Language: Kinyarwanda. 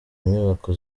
nyubako